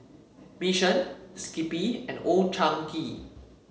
Mission Skippy and Old Chang Kee